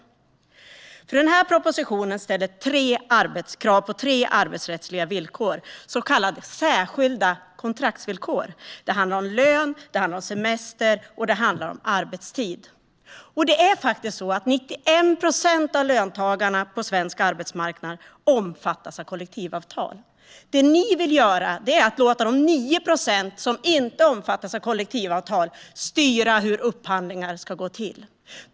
I propositionen ställs krav på tre arbetsrättsliga villkor, så kallade särskilda kontraktsvillkor. Det handlar om lön, semester och arbetstid. 91 procent av löntagarna på svensk arbetsmarknad omfattas av kollektivavtal. Det ni vill göra är att låta de 9 procent som inte omfattas av kollektivavtal styra hur upphandlingar ska gå till.